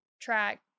track